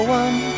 one